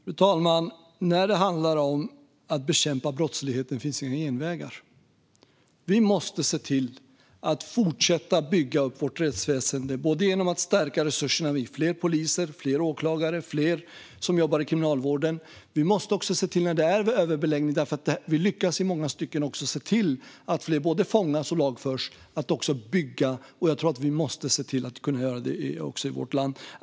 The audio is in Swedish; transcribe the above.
Fru talman! När det handlar om att bekämpa brottsligheten finns inga genvägar. Vi måste se till att fortsätta bygga upp vårt rättsväsen genom att stärka resurserna med fler poliser, fler åklagare och fler som jobbar i kriminalvården. När det är överbeläggning, eftersom vi i många stycken lyckas se till att fler både fångas och lagförs, måste vi se till att bygga, och jag tror att vi måste göra det i vårt land.